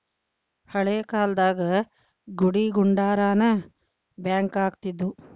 ಹಳೇ ಕಾಲ್ದಾಗ ಗುಡಿಗುಂಡಾರಾನ ಬ್ಯಾಂಕ್ ಆಗಿದ್ವು